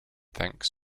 thanks